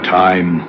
time